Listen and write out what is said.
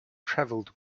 travelled